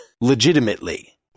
legitimately